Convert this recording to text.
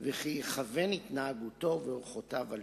וכי יכוון התנהגותו ואורחותיו על-פיהם".